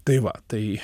tai va tai